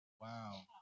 Wow